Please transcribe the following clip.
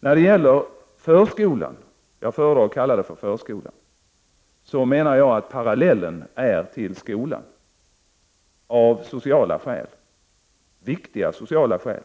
När det gäller förskolan — jag föredrar att kalla den förskola — menar jag att parallellen av viktiga sociala skäl skall dras till skolan.